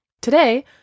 Today